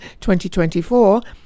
2024